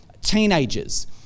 teenagers